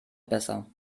besser